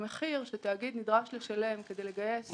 המחיר שתאגיד נדרש לשלם כדי לגייס